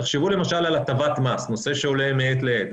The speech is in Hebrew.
תחשבו למשל על הטבת מס, נושא שעולה מעת לעת.